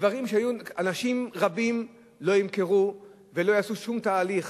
שאנשים רבים לא ימכרו ולא יבצעו שום תהליך